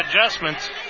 adjustments